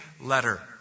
letter